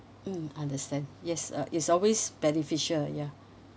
mm understand yes uh it's always beneficial ya